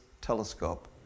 telescope